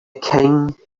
king